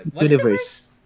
universe